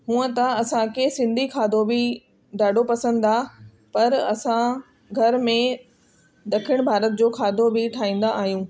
हुअं त असांखे सिंधी खाधो बि ॾाढो पसंदि आहे पर असां घर में ॾखिण भारत जो खाधो बि ठाहींदा आहियूं